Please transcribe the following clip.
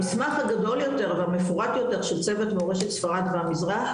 המסמך הגדול יותר והמפורט יותר של צוות מורשת ספרד והמזרח,